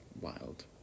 wild